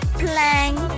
plank